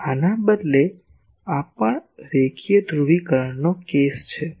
હવે આને બદલે આ પણ રેખીય ધ્રુવીકરણનો કેસ છે